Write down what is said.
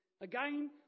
Again